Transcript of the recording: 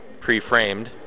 pre-framed